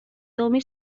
tommy